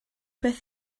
beth